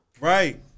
Right